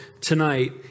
tonight